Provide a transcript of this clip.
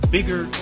Bigger